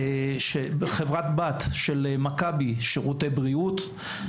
חברת בת של "מכבי שירותי בריאות".